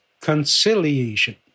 conciliation